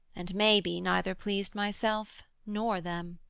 and maybe neither pleased myself nor them.